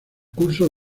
curso